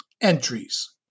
entries